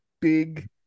big